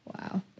Wow